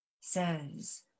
says